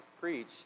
preach